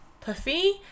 puffy